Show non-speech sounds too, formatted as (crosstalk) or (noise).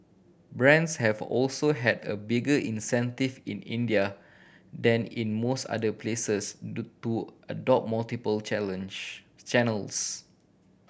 brands have also had a bigger incentive in India than in most other places (unintelligible) adopt multiple challenge channels